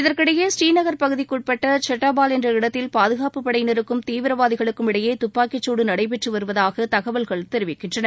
இதற்கிடையே ஸ்ரீநகர் பகுதிக்கு உட்பட்ட செட்டாபால் என்ற இடத்தில் பாதுகாப்புப்படையினருக்கும் தீவிரவாதிகளுக்கும் இடையே துப்பாக்கிச்சூடு நடைபெற்று வருவதாக தகவல்கள் தெரிவிக்கின்றன